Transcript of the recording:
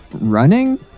running